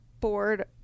board